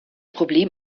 problem